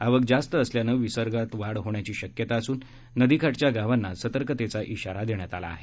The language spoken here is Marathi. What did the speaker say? आवक जास्त असल्यानं विसर्गात वाढ होण्याची शक्यता असून नदी काठच्या गावांना सतर्कतेचा ञारा देण्यात आला आहे